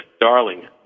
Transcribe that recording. darling